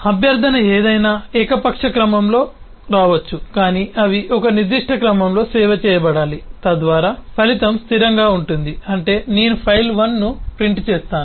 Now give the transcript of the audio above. అభ్యర్థన ఏదైనా ఏకపక్ష క్రమంలో రావచ్చు కాని అవి ఒక నిర్దిష్ట క్రమంలో సేవ చేయబడాలి తద్వారా ఫలితం స్థిరంగా ఉంటుంది అంటే నేను ఫైల్ 1 ను ప్రింట్ చేస్తాను